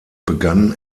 begann